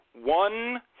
one